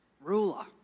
ruler